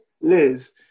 Liz